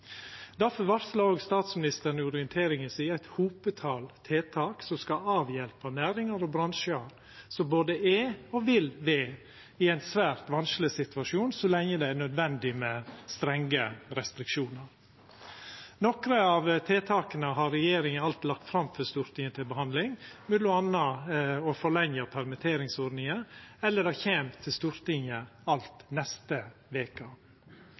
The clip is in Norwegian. statsministeren i orienteringa si eit hopetal tiltak som skal avhjelpa næringar og bransjar som både er og vil vera i ein svært vanskeleg situasjon så lenge det er nødvendig med strenge restriksjonar. Nokre av tiltaka har regjeringa alt lagt fram for Stortinget til behandling, m.a. å forlengja permitteringsordninga, eller dei kjem til Stortinget alt neste